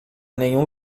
nenhum